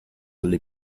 alle